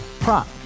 Prop